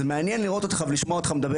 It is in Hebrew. זה מעניין לראות אותך ולשמוע אותך מדבר